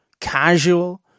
Casual